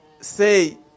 say